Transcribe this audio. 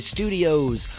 Studios